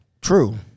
True